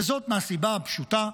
וזאת מהסיבה הפשוטה,